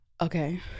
Okay